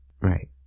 Right